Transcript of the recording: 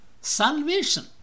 Salvation